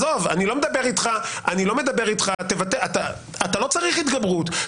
אתה לא צריך התגברות,